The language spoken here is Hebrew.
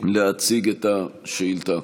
להציג את השאילתה.